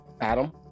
Adam